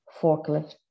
forklift